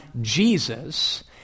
Jesus